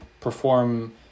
perform